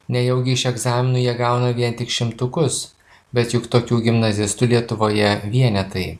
nejaugi iš egzaminų jie gauna vien tik šimtukus bet juk tokių gimnazistų lietuvoje vienetai